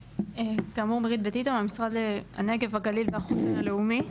מירית בתיתי, ממשרד הנגב הגליל והחוסן הלאומי.